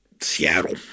Seattle